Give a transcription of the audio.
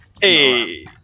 Hey